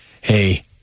Hey